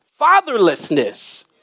Fatherlessness